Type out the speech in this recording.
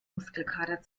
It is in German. muskelkater